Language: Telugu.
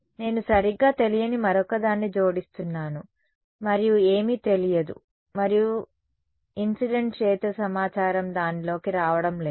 నేను సరిగ్గా తెలియని మరొకదాన్ని జోడిస్తున్నాను మరియు ఏమీ తెలియదు మరియు ఇన్సిడెంట్ క్షేత్ర సమాచారం దానిలోకి రావడం లేదు